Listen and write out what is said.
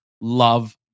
love